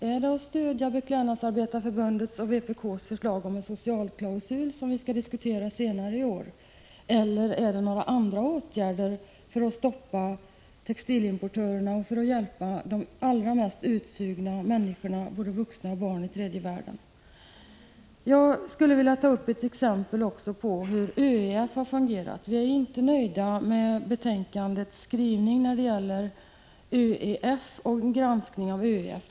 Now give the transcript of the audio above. Vill hon stödja Beklädnadsarbetareförbundets och vpk:s förslag om en socialklausul, som vi skall diskutera senare i år, eller vill' hon införa andra åtgärder för att stoppa textilimportörerna och hjälpa de allra mest utsugna människorna, både vuxna och barn i tredje världen? Jag skulle vilja ta upp ett exempel på hur ÖEF har fungerat. Vi är inte nöjda med betänkandets skrivning när det gäller granskningen av ÖEF.